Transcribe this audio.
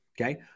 Okay